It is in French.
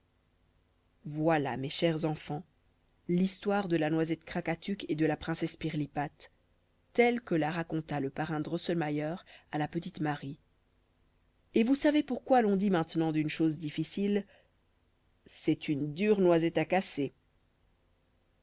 voilà mes chers enfants l'histoire de la noisette krakatuk et de la princesse pirlipate telle que la raconta le parrain drosselmayer à la petite marie et vous savez pourquoi l'on dit maintenant d'une chose difficile c'est une dure noisette à casser